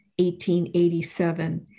1887